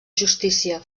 justícia